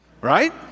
right